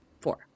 Four